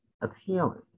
appealing